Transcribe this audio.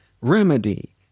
Remedy